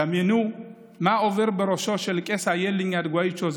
דמיינו מה עבר בראשו של קייס איילין אדגואייצ'או,